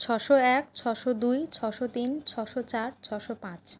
ছশো এক ছশো দুই ছশো তিন ছশো চার ছশো পাঁচ